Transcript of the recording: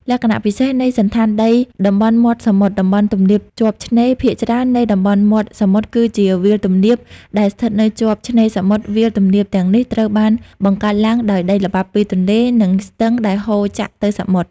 លក្ខណៈពិសេសនៃសណ្ឋានដីតំបន់មាត់សមុទ្រតំបន់ទំនាបជាប់ឆ្នេរ ភាគច្រើននៃតំបន់មាត់សមុទ្រគឺជា វាលទំនាប ដែលស្ថិតនៅជាប់ឆ្នេរសមុទ្រ វាលទំនាបទាំងនេះត្រូវបានបង្កើតឡើងដោយដីល្បាប់ពីទន្លេ និងស្ទឹងដែលហូរចាក់ទៅសមុទ្រ។